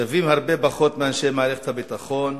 שווים הרבה פחות מאנשי מערכת הביטחון.